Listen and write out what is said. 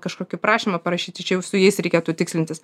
kažkokį prašymą parašyti čia jau su jais reikėtų tikslintis